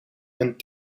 een